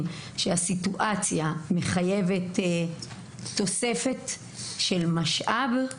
שהסיטואציה באמת מחייבת תוספת של משאב,